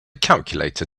calculator